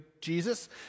Jesus